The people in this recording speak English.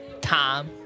Tom